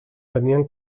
tenien